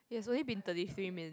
it has only been thirty three minutes